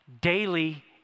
daily